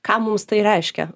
ką mums tai reiškia